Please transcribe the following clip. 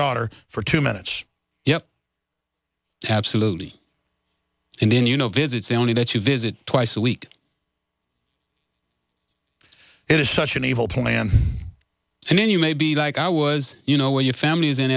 daughter for two minutes yes absolutely and then you know visits only that you visit twice a week it is such an evil plan and then you may be like i was you know where your family is in